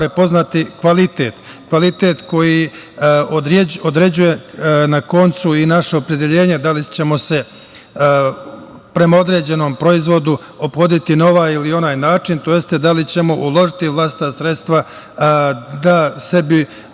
prepoznati kvalitet, kvalitet koji određuje na koncu i naše opredeljenje da li ćemo se prema određenom proizvodu ophoditi na ovaj ili onaj način, tj. da li ćemo uložiti vlastita sredstva da sebi